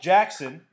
Jackson